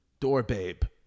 DoorBabe